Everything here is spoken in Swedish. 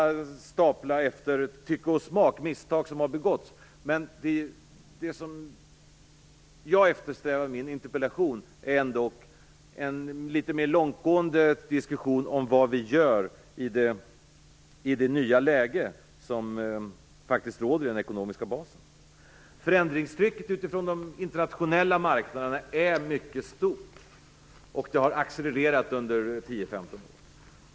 Vi kan alla efter tycke och smak stapla misstag som har begåtts, men det som jag eftersträvar med min interpellation är ändock en litet mer långtgående diskussion om vad vi gör i det nya läge som faktiskt råder i den ekonomiska basen. Förändringstrycket utifrån de internationella marknaderna är mycket stort, och det har accelererat under 10-15 år.